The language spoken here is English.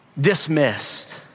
dismissed